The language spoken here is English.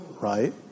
right